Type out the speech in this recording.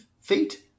feet